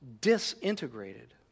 disintegrated